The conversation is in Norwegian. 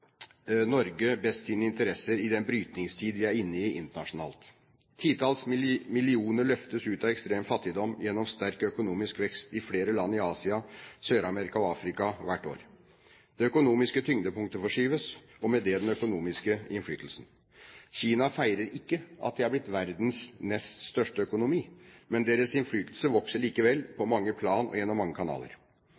Norge best sine interesser i den brytningstid vi er inne i internasjonalt? Titalls millioner løftes ut av ekstrem fattigdom gjennom sterk økonomisk vekst i flere land i Asia, Sør-Amerika og Afrika hvert år. Det økonomiske tyngdepunktet forskyves, og med det den økonomiske innflytelsen. Kina feirer ikke at de er blitt verdens nest største økonomi, men deres innflytelse vokser likevel på